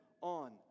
on